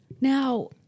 Now